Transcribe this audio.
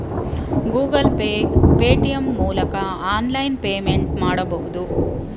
Google Pay, Paytm ಮೂಲಕ online payment ಮಾಡಬಹುದು